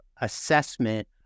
assessment